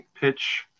pitch